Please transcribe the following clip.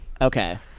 Okay